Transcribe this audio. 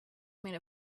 made